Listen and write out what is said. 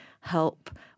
help